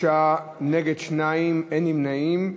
בעד, 26, נגד, 2, אין נמנעים.